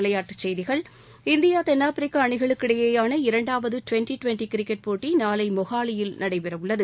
விளையாட்டுக் செய்திகள் இந்தியா தென்னாப்பிரிக்கா அனிகளுக்கு இடையிலான இரண்டாவது டுவெண்டி டுவெண்டி கிரிக்கெட் போட்டி நாளை மொஹாலியில் நடைபெறவுள்ளது